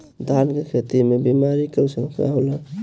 धान के खेती में बिमारी का लक्षण का होला?